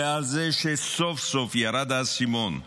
ועל זה שסוף-סוף ירד האסימון,